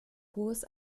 hohes